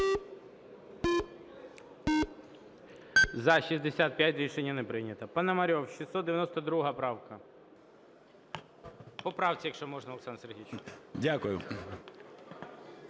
За-65 Рішення не прийнято. Пономарьов, 692 правка. По правці, якщо можна, Олександр Сергійович.